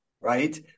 right